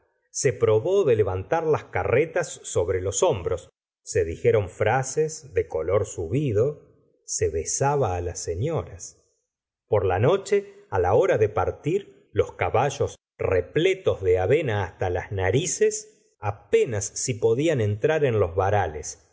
se probó ce levantar las carretas sobre los hombros se dijeron frases de color subido se besaba á las señoras por la noche la hora de partir los caballos repletos de avena hasta las ey la sesora de bovary narices apenas si podían entrar en los varales